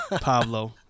Pablo